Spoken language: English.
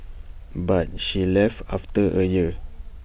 but she left after A year